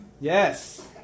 Yes